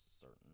certain